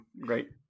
great